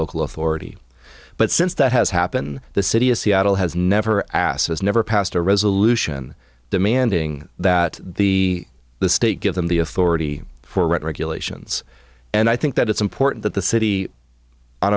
local authority but since that has happened the city of seattle has never asked has never passed a resolution demanding that the the state give them the authority for regulations and i think that it's important that the city on